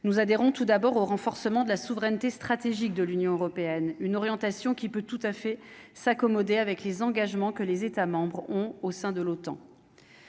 nous adhérons tout d'abord au renforcement de la souveraineté stratégique de l'Union européenne, une orientation qui peut tout à fait s'accommoder avec les engagements que les États membres ont au sein de l'OTAN,